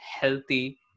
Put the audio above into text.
healthy